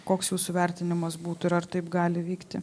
koks jūsų vertinimas būtų ir ar taip gali vykti